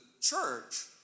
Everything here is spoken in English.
church